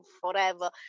forever